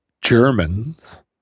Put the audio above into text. Germans